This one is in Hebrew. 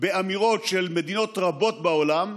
באמירות של מדינות רבות בעולם,